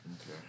Okay